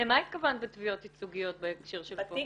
למה התכוונת בתביעות ייצוגיות בהקשר של -- בתיק